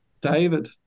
David